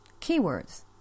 keywords